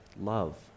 love